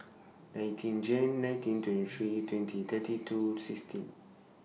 nineteen Jan nineteen twenty three twenty thirty two sixteen